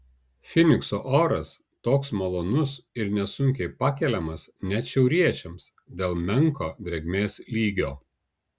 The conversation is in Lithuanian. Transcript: fynikso oras toks malonus ir nesunkiai pakeliamas net šiauriečiams dėl menko drėgmės lygio